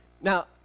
Now